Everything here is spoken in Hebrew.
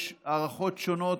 יש הערכות שונות,